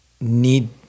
need